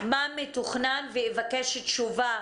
מה מתוכנן, ואבקש תשובה